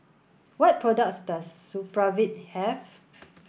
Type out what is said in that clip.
what products does Supravit have